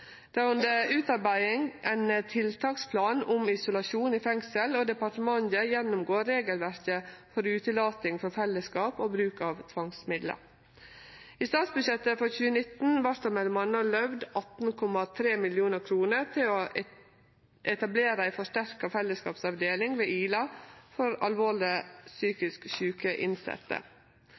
Det er under utarbeiding ein tiltaksplan om isolasjon i fengsel, og departementet gjennomgår regelverket for utelating frå fellesskap og bruk av tvangsmiddel. I statsbudsjettet for 2019 vart det m.a. løyvd 18,3 mill. kr til å etablere ei forsterka fellesskapsavdeling ved Ila for alvorleg psykisk sjuke innsette.